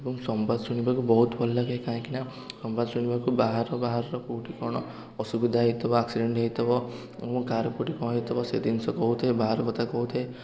ଏବଂ ସମ୍ବାଦ ଶୁଣିବାକୁ ବହୁତ ଭଲ ଲାଗେ କାହିଁକି ନା ସମ୍ବାଦ ଶୁଣିବାକୁ ବାହାର ବାହାର କେଉଁଠି କ'ଣ ଅସୁବିଧା ହେଇଥିବ ଆକ୍ସିଡ଼େଣ୍ଟ ହେଇଥିବ ଏବଂ କାହାର କେଉଁଠି କ'ଣ ହେଇଥବ ସେ ଜିନସ କହୁଥିବେ ବାହାର କଥା କହୁଥିବେ